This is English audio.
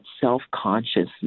self-consciousness